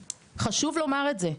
חשוב לומר את זה.